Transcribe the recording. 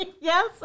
yes